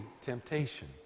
temptation